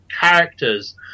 characters